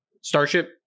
starship